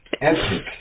epic